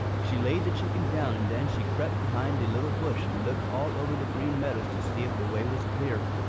she laid the chicken down and then she crept behind a little bush and looked all over the green meadows to see if the way was clear.